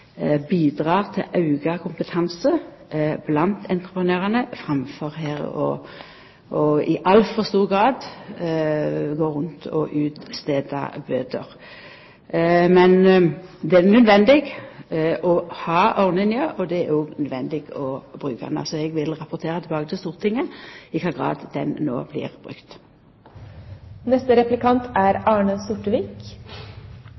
til auka kompetanse blant entreprenørane, enn at ein i altfor stor grad går rundt og skriv ut bøter. Men det er nødvendig å ha ordninga, og det er òg nødvendig å bruka ho. Eg vil rapportera tilbake til Stortinget i kva grad ho no blir